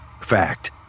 Fact